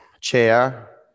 Chair